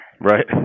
right